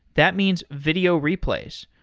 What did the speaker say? that means video replays.